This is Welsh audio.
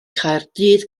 caerdydd